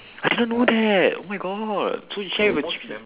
I did not know that oh my god so you share with a chicken